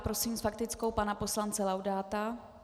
Prosím s faktickou pana poslance Laudáta.